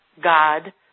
God